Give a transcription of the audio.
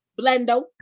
Blendo